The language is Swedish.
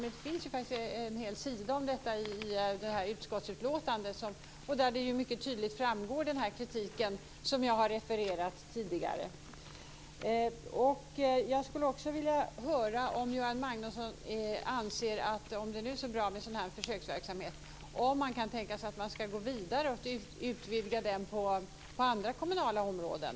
Men det finns faktiskt en hel sida om detta i utskottsutlåtandet, där den kritik som jag har refererat tidigare mycket tydligt framgår. Om det nu är så bra med sådan här försöksverksamhet skulle jag också vilja höra om Göran Magnusson kan tänka sig att gå vidare och utvidga den på andra kommunala områden.